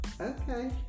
okay